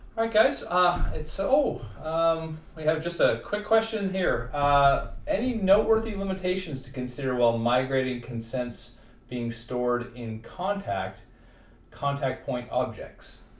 right guys ah it's oh so um we have just a quick question here ah any noteworthy limitations to consider while migrating consents being stored in contact contact point objects